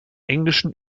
englischen